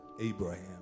Abraham